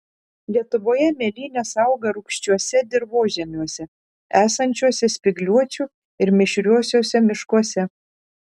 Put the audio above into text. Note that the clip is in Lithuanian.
lietuvoje mėlynės auga rūgščiuose dirvožemiuose esančiuose spygliuočių ir mišriuosiuose miškuose